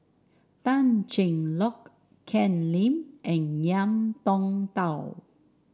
Tan Cheng Lock Ken Lim and Ngiam Tong Dow